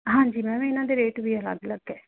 ਹਾਂਜੀ ਮੈਮ ਇਹਨਾਂ ਦੇ ਰੇਟ ਵੀ ਅਲੱਗ ਅਲੱਗ ਹੈ